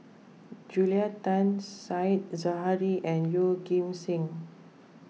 Julia Tan Said Zahari and Yeoh Ghim Seng